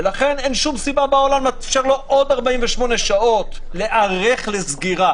ולכן אין שום סיבה בעולם לאפשר לו עוד 48 שעות להיערך לסגירה.